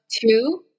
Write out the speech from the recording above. two